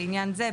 לעניין זה,